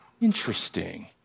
Interesting